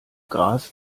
gras